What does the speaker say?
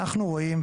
אנחנו רואים,